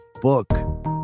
book